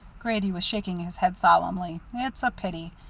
grady was shaking his head solemnly. it's a pity.